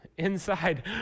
Inside